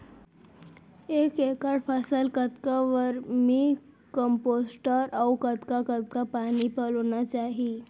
एक एकड़ फसल कतका वर्मीकम्पोस्ट अऊ कतका कतका पानी पलोना चाही?